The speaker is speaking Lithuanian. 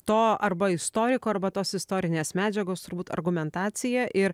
to arba istoriko arba tos istorinės medžiagos turbūt argumentacija ir